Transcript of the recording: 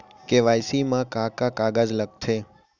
KYC मा का का कागज लगथे?